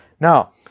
now